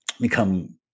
become